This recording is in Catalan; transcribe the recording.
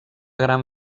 gran